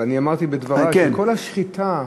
אני אמרתי בדברי שכל השחיטה,